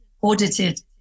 audited